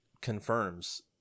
confirms